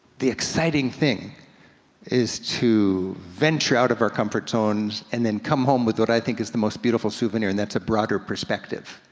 the exciting thing is to venture out of our comfort zones and then come home with what i think is the most beautiful souvenir, and that's a broader perspective.